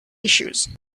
issues